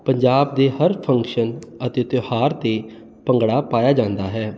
ਪੰਜਾਬ ਦੇ ਹਰ ਫੰਕਸ਼ਨ ਅਤੇ ਤਿਉਹਾਰ ਦੇ ਭੰਗੜਾ ਪਾਇਆ ਜਾਂਦਾ ਹੈ